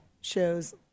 shows